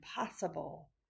impossible